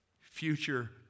future